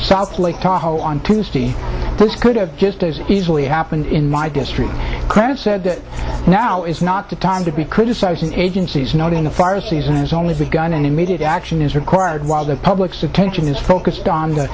south lake tahoe on tuesday this could have just as easily happened in my district kind of said that now is not the time to be criticizing agencies noting the fire season has only begun and immediate action is required while the public's attention is focused on the